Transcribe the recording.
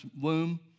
womb